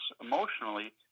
emotionally